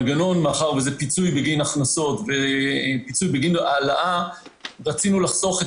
מאחר שמדובר בפיצוי בגין איבוד הכנסות רצינו לחסוך את